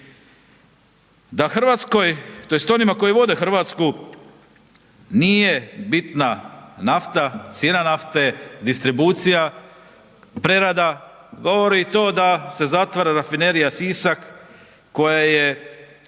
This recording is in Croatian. Da Hrvatskoj, tj. onima koji vode Hrvatsku nije bitna nafta, cijena nafte, distribucija, prerada, govori i to da se zatvara Rafinerija Sisak, koja je